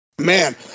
Man